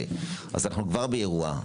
אנחנו כבר נמצאים באירוע,